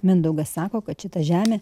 mindaugas sako kad šita žemė